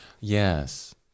Yes